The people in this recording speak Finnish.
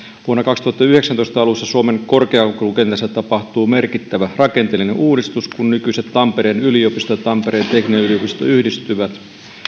vuoden kaksituhattayhdeksäntoista alussa suomen korkeakoulukentässä tapahtuu merkittävä rakenteellinen uudistus kun nykyiset tampereen yliopisto ja tampereen teknillinen yliopisto yhdistyvät